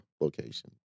location